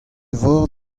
vor